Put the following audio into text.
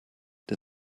der